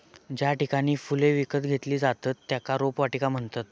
ज्या ठिकाणी फुले विकत घेतली जातत त्येका रोपवाटिका म्हणतत